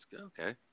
okay